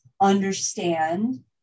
understand